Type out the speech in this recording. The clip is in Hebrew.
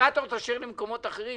הנומרטור תשאיר למקומות אחרים.